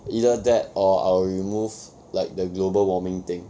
either that or I will remove like the global warming thing